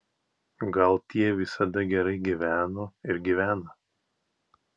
gal tie visada gerai gyveno ir gyvena